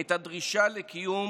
את הדרישה לקיום